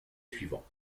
suivant